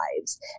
lives